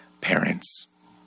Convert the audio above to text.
parents